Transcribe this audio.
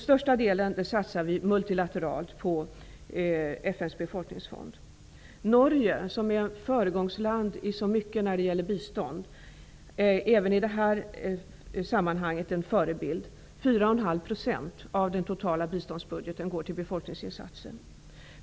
Största delen satsar vi multilateralt på FN:s befolkningsfond. Norge, som är ett föregångsland i så mycket när det gäller bistånd, är även i det här sammanhanget en förebild: 4,5 % av den totala biståndsbudgeten går till befolkningsinsatser.